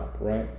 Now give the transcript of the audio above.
right